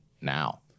now